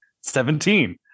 Seventeen